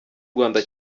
rwanda